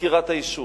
מזכירת היישוב,